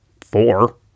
four